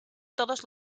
todos